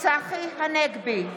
צחי הנגבי,